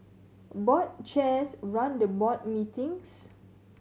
board chairs run the board meetings